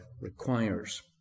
requires